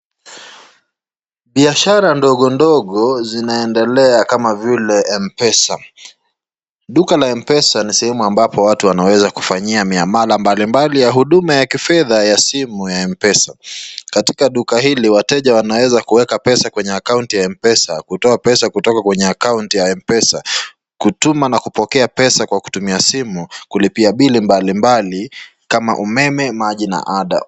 Biashara ndogo ndogo zinaendelea kama vile M-Pesa. Duka la M-Pesa ni sehemu ambapo watu wanaweza kufanyia miamala mbalimbali ya huduma ya kifedha ya simu ya M-Pesa. Katika duka hili wateja wanaweza kuweka pesa kwenye akaunti ya M-Pesa, kutoa pesa kutoka kwenye akaunti ya M-Pesa, kutuma na kupokea pesa kwa kutumia simu, kulipia bili mbalimbali kama umeme, maji na ada.